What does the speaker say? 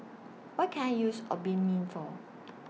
What Can I use Obimin For